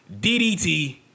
DDT